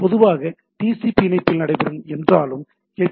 அது பொதுவாக டிசிபி இணைப்பில் நடைபெறும் என்றாலும் ஹெச்